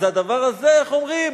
אז הדבר הזה, איך אומרים?